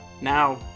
Now